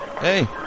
Hey